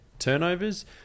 turnovers